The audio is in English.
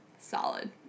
Solid